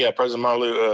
yeah president malauulu,